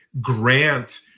grant